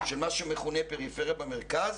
של מה שמכונה פריפריה במרכז,